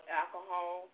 alcohol